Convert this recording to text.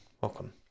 Welcome